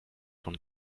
von